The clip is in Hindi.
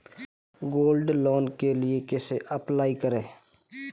गोल्ड लोंन के लिए कैसे अप्लाई करें?